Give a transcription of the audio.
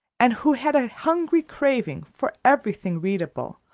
and who had a hungry craving for everything readable,